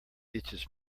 itches